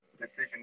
decision